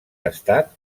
estat